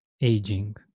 aging